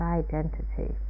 identity